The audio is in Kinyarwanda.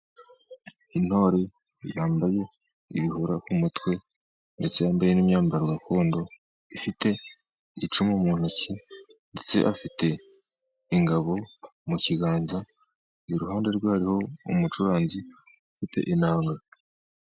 Intore yambaye ibihura ku mutwe, ndetse yambaye n'imyambaro gakondo. Ifite icumu mu ntoki, ndetse afite ingabo mu kiganza. Iruhande rwe, hariho umucuranzi ufite inanga.